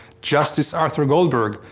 justice arthur goldberg,